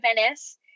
Venice